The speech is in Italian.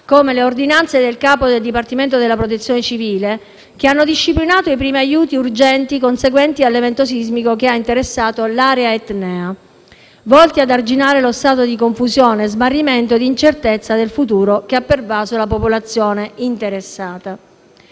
cui le ordinanze del capo del Dipartimento della protezione civile, che hanno disciplinato i primi aiuti urgenti conseguenti all'evento sismico che ha interessato l'area etnea, volti ad arginare lo stato di confusione, smarrimento e incertezza del futuro che ha pervaso la popolazione interessata.